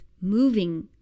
moving